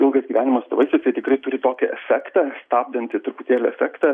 ilgas gyvenimas su tėvais jisai tikrai turi tokį efektą stabdantį truputėlį efektą